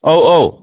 औ औ